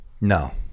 No